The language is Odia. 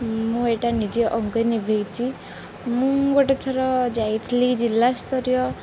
ମୁଁ ଏଇଟା ନିଜେ ଅଙ୍ଗ ନିଭଉଛି ମୁଁ ଗୋଟେ ଥର ଯାଇଥିଲି ଜିଲ୍ଲା ସ୍ତରୀୟ